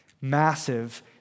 massive